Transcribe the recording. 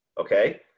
okay